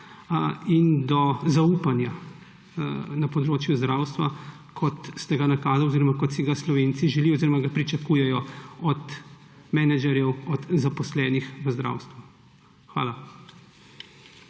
in do zaupanja na področju zdravstva, kot ste ga nakazali oziroma kot si ga Slovenci želijo oziroma ga pričakujejo od menedžerjev, od zaposlenih v zdravstvu. Hvala.